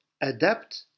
adapt